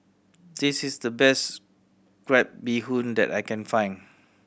this is the best crab bee hoon that I can find